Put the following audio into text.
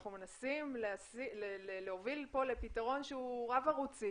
אנחנו מנסים להוביל פה לפתרון שהוא רב ערוצי